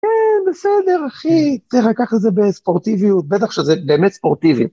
כן, בסדר, אחי, צריך לקחת את זה בספורטיביות, בטח שזה באמת ספורטיבי.